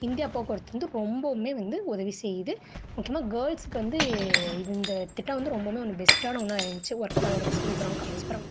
India போக்குவரத்து வந்து ரொம்பவுமே வந்து உதவி செய்து முக்கியமாக கேர்ள்ஸுக்கு வந்து இந்த திட்டம் வந்து ரொம்பவுமே ஒன்று பெஸ்ட்டான ஒன்றா இருந்திச்சு ஒர்க் போகிறவங்களுக்கு ஸ்கூல் போகிறவங்களுக்கு காலேஜ் போகிறவங்களுக்கு